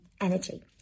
energy